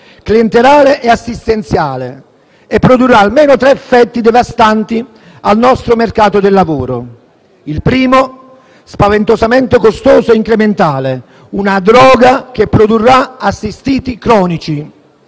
clientelare e assistenziale e produrrà almeno tre effetti devastanti sul nostro mercato del lavoro. Il primo, spaventosamente costoso e incrementale: una droga che produrrà assistiti cronici.